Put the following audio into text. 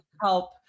help